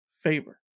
favor